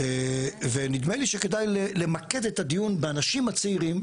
ונדמה לי שכדאי למקד את הדיון באנשים הצעירים,